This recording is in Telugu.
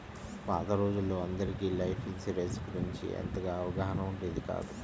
పాత రోజుల్లో అందరికీ లైఫ్ ఇన్సూరెన్స్ గురించి అంతగా అవగాహన ఉండేది కాదు